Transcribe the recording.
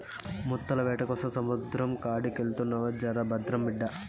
ముత్తాల వేటకోసం సముద్రం కాడికెళ్తున్నావు జర భద్రం బిడ్డా